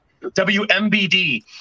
WMBD